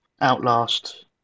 Outlast